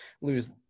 lose